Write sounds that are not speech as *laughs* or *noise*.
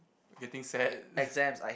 you think sad *laughs*